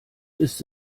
ist